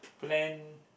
plan